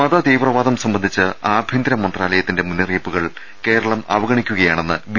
മത തീവ്രവാദം സംബന്ധിച്ചു ആഭ്യന്തര മന്ത്രാലയത്തിന്റെ മുന്നറി യിപ്പുകൾ കേരളം അവഗണിക്കുകയാണെന്ന് ബി